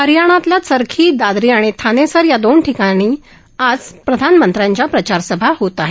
हरयाणामधल्या चरखी दादरी आणि थानेसर या दोन ठिकाणी आज प्रधानमंत्र्यांच्या प्रचार सभा होत आहेत